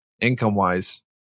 income-wise